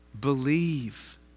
believe